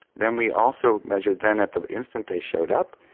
then we also measured then at the instance they showed up